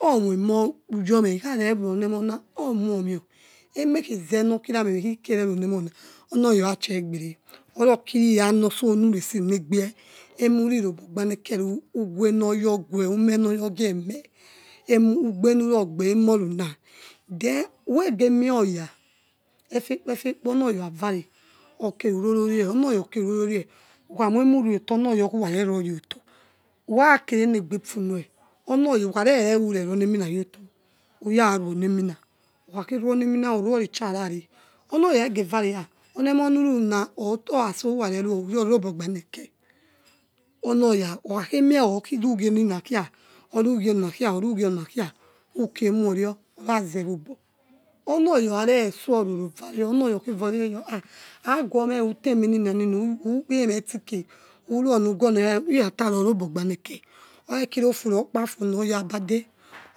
Omoi emoyomeh eme khaze nokipra meme ikreme rone olona onoya orachi egberi oraokirianoso nurese negbie emuri rigbo emuri urogbo wanudu nu ugiheroya oge umerugieme evonu ugebenu rogbe emuwiuna then ukhegemioya efekepo onoya okhavare okeru ror orei onoya oke nirororei ukhamowiemuriato ono yaokharare rere ureonenu nayoto uya runiemina ukhakhe runiemina uruori charare onoya okhakeje vare ha oniemoh nuruna or oraso urareu uyo robogbanekhe onoya okhakhemie orugie emina khe urugie ona khi orugie ma kia ukie murio orazeobo onoya okharere so urorovare onoya okhe vare oya ha aguome ule mornina ukpeme itioke uruona ugunoya irataro rogbogbanefe okhakhege kira ofu rokpafu onoya bade